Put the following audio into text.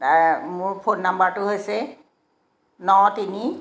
মোৰ ফোন নাম্বাৰটো হৈছে ন তিনি